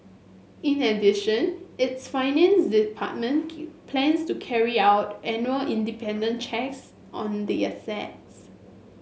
in addition its finance department planes to carry out independent checks on the assets